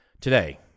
today